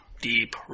deep